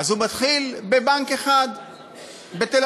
אז הוא מתחיל בבנק אחד בתל-אביב,